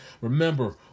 Remember